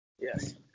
Yes